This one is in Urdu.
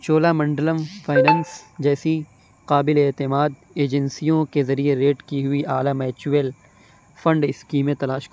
چولا منڈلم فنانس جیسی قابلِ اعتماد ایجنسیوں کے ذریعے ریٹ کی ہوئی اعلیٰ میچوئل فنڈ اسکیمیں تلاش